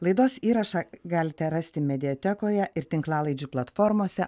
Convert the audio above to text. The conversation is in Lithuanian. laidos įrašą galite rasti mediatekoje ir tinklalaidžių platformose